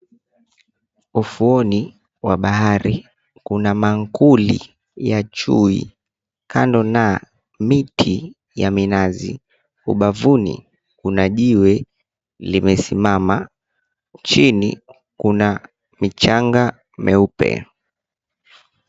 Ufuoni wa bahari kuna mankuli ya chui kando na miti ya minazi, ubavuni kuna jiwe limesimama, chini kuna michanga meupe.